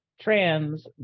trans